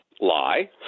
lie